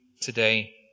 today